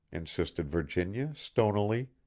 insisted virginia, stonily.